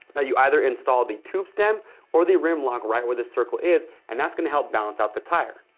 ah you either install the tube stem or the rim lock right where the circle is, and that's gonna help balance out the tire.